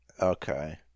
Okay